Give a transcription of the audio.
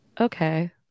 Okay